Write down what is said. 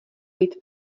být